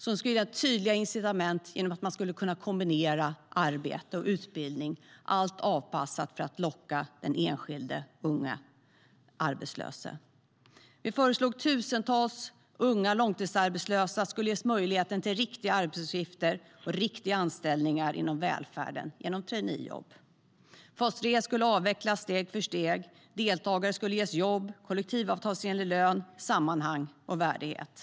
Det skulle ge tydliga incitament genom att man skulle kunna kombinera arbete och utbildning, allt anpassat för att locka den enskilda unga arbetslösa. Vi föreslog att tusentals unga långtidsarbetslösa skulle ges möjlighet till riktiga arbetsuppgifter och riktiga anställningar inom välfärden genom traineejobb. Fas 3 skulle avvecklas steg för steg. Deltagare skulle ges jobb, kollektivavtalsenlig lön, sammanhang och värdighet.